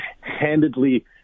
handedly